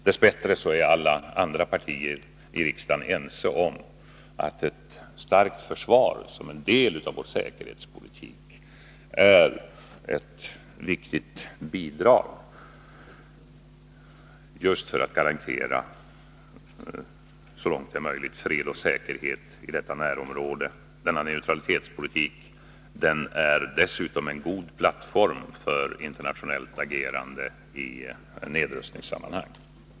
Dess bättre är alla andra partier i riksdagen ense om att ett starkt försvar som en del av vår säkerhetspolitik är ett viktigt bidrag just för att garantera, så långt det är möjligt, fred och säkerhet i detta närområde. Denna neutralitetspolitik är dessutom en god plattform för internationellt agerande i nedrustningssammanhang.